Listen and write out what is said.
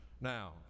Now